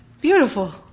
beautiful